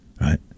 Right